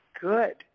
good